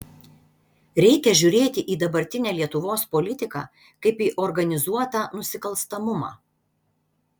reikia žiūrėti į dabartinę lietuvos politiką kaip į organizuotą nusikalstamumą